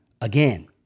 again